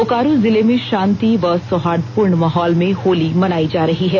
बोकारो जिले में शॉति व सौहार्दपूर्ण माहौल में होली मनाई जा रही है